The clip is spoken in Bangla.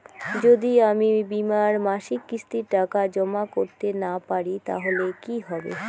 যদি আমি বীমার মাসিক কিস্তির টাকা জমা করতে না পারি তাহলে কি হবে?